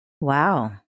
Wow